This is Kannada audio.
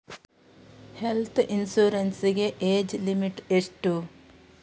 ಹೆಲ್ತ್ ಇನ್ಸೂರೆನ್ಸ್ ಗೆ ಏಜ್ ಲಿಮಿಟ್ ಎಷ್ಟು?